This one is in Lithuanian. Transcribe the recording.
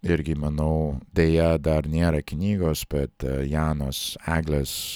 irgi manau deja dar nėra knygos bet janos eglės